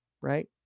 right